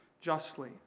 justly